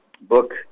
book